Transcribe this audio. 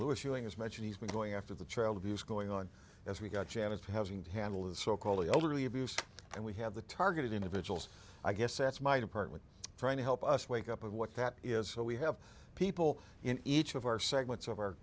as mentioned he's going after the child abuse going on as we got janet having to handle the so called the elderly abuse and we have the targeted individuals i guess that's my department trying to help us wake up and what that is so we have people in each of our segments of our